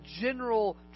general